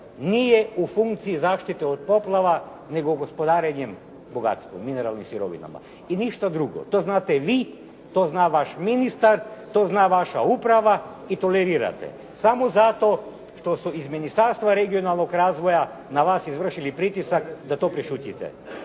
nije u funkciji zaštite od poplava nego gospodarenjem bogatstvom, mineralnim sirovinama i ništa drugo. To znate i vi. To zna vaš ministar, to zna vaša uprava i tolerirate samo zato što su iz Ministarstva regionalnog razvoja na vas izvršili pritisak da to prešutite.